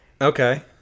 okay